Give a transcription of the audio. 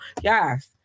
Yes